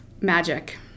Magic